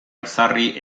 ezarri